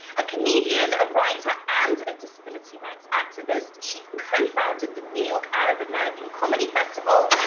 a comedian, a writer, and a disability rights activist. she cofounded the new york arab american comedy festival,